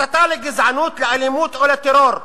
הסתה לגזענות, לאלימות או לטרור".